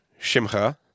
Shimcha